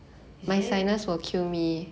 is it